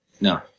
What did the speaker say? No